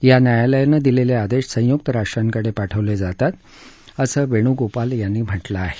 या न्यायालयानं दिलेले आदेश संयुक्त राष्ट्रांकडे पाठवले जातात असं वेणूगोपाल यांनी म्हटलं आहे